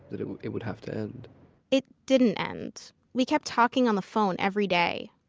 that it would it would have to end it didn't end we kept talking on the phone every day.